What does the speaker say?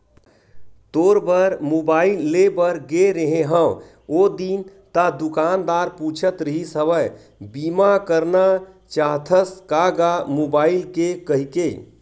तोर बर मुबाइल लेय बर गे रेहें हव ओ दिन ता दुकानदार पूछत रिहिस हवय बीमा करना चाहथस का गा मुबाइल के कहिके